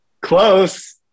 Close